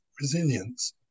resilience